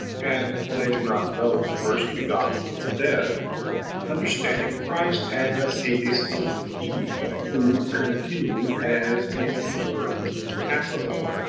and they do not know the first-begotten from the dead understanding christ as a distinct being, who continued as if he were impassible,